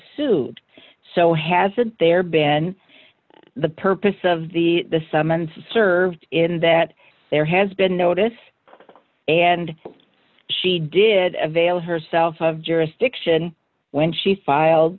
sued so hasn't there been the purpose of the the summons served in that there has been notice and she did avail herself of jurisdiction when she filed